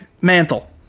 Mantle